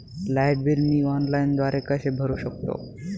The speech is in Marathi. लाईट बिल मी ऑनलाईनद्वारे कसे भरु शकतो?